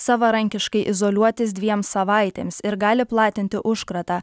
savarankiškai izoliuotis dviem savaitėms ir gali platinti užkratą